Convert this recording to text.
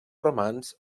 romanç